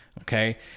okay